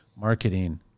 marketing